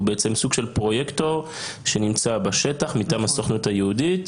הוא בעצם סוג של פרויקטור שנמצא בשטח מטעם הסוכנות היהודית.